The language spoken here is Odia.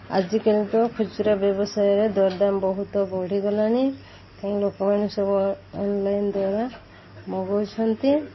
ଆଜିକାଲି ତ ଖୁଚୁରା ବ୍ୟବସାୟରେ ଦରଦାମ ବହୁତ ବଢ଼ିଗଲାଣି ତେଣୁ ଲୋକମାନେ ସବୁ ଅନ୍ଲାଇନ୍ ଦ୍ୱାରା ମଗାଉଛନ୍ତି